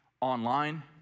online